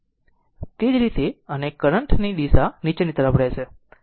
તે રીતે અને કરંટ ની દિશા નીચેની તરફ રહેશે